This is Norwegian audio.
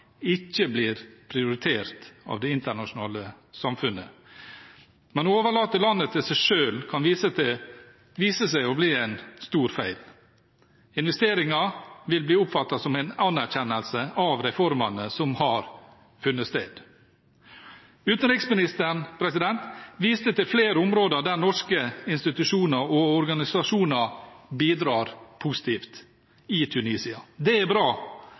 ikke blir prioritert av det internasjonale samfunnet. Men å overlate landet til seg selv kan vise seg å bli en stor feil. Investeringer vil bli oppfattet som en anerkjennelse av reformene som har funnet sted. Utenriksministeren viste til flere områder der norske institusjoner og organisasjoner bidrar positivt i Tunisia. Det er bra.